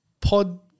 Pod